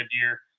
year